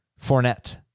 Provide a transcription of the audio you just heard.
Fournette